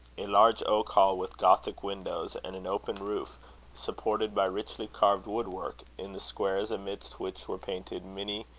a large oak hall with gothic windows, and an open roof supported by richly carved woodwork, in the squares amidst which were painted many